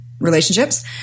relationships